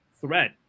threat